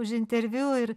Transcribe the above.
už interviu ir